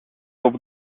over